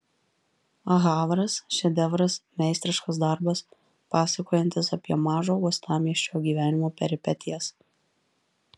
havras šedevras meistriškas darbas pasakojantis apie mažo uostamiesčio gyvenimo peripetijas